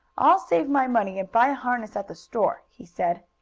i'll save my money and buy a harness at the store, he said.